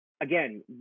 again